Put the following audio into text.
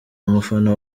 umufana